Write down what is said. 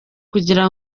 kugira